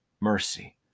mercy